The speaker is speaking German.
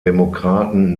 demokraten